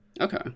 Okay